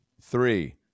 three